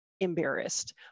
embarrassed